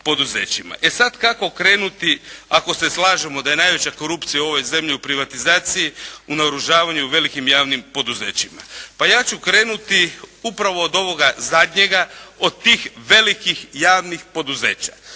E sad kako krenuti ako se slažemo da je najveća korupcija u ovoj zemlji u privatizaciji, u naoružavanju i u velikim javnim poduzećima. Pa ja ću krenuti upravo od ovoga zadnjega, od tih velikih javnih poduzeća.